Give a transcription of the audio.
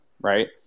right